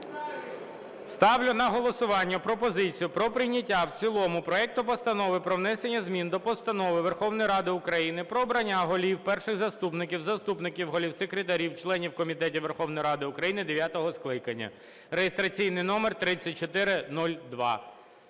Ставлю на голосування пропозицію про прийняття в цілому проекту Постанови про внесення змін до Постанови Верховної Ради України "Про обрання голів, перших заступників, заступників голів, секретарів, членів комітетів Верховної Ради України дев’ятого скликання" (реєстраційний номер 3402).